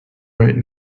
right